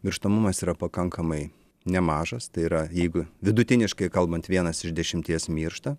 mirštamumas yra pakankamai nemažas tai yra jeigu vidutiniškai kalbant vienas iš dešimties miršta